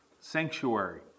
Sanctuary